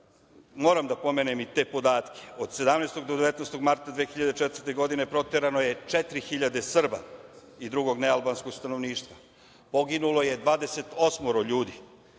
Zupce. Moram da pomenem i te podatke, od 17. do 19. marta 2004. godine, proterano je 4000 Srba i drugog nealbanskog stanovništva, poginulo je 28 ljudi,